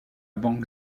banque